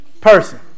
person